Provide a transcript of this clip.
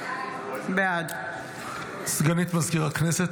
בעד סגנית מזכיר הכנסת,